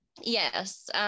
Yes